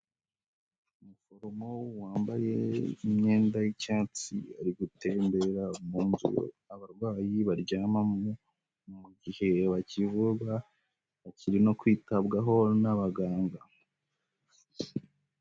Umuforomo wambaye imyenda y'icyatsi, ari gutembera mu nzu abarwayi baryamamo, mu gihe bakivurwa, bakiri no kwitabwaho n'abaganga.